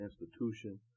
institution